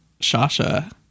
Shasha